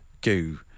goo